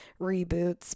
reboots